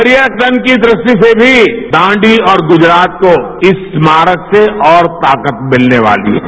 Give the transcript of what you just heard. पर्यटन की दृष्टि से भी दांडी और गुजरात को इस स्मारक से और ताकत मिलने वाली है